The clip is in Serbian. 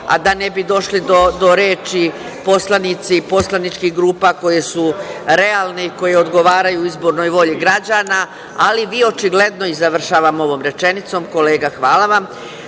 a da ne bi došli do reči poslanici poslaničkih grupa koje su realni i koji odgovaraju izbornoj volji građana. Ali, vi očigledno, završavam ovom rečenicom, kolega hvala vam,